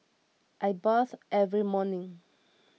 I bath every morning